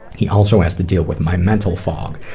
he also has to deal with my mental fog.